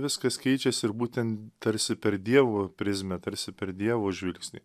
viskas keičias ir būten tarsi per dievo prizmę tarsi per dievo žvilgsnį